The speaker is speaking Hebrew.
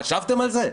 חשבתם על זה?